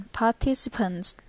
participants